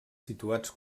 situats